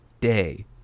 day